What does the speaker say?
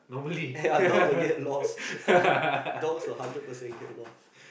ya dogs will get lost dogs will hundred percent get lost